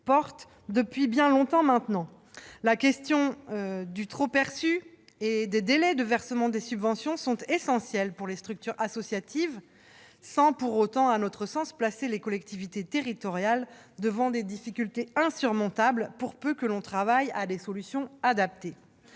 porte depuis bien longtemps maintenant. La question du trop-perçu et celle des délais de versement des subventions sont essentielles pour les structures associatives sans pour autant, à notre sens, placer les collectivités territoriales devant des difficultés insurmontables, pour peu que l'on travaille à des solutions adaptées.